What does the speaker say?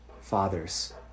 fathers